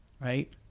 right